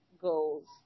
goals